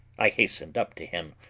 i hastened up to him,